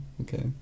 okay